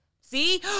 See